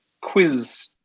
Quiz